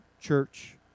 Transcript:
church